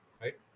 right